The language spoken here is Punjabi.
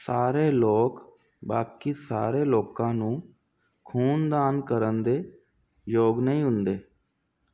ਸਾਰੇ ਲੋਕ ਬਾਕੀ ਸਾਰੇ ਲੋਕਾਂ ਨੂੰ ਖੂਨ ਦਾਨ ਕਰਨ ਦੇ ਯੋਗ ਨਹੀਂ ਹੁੰਦੇ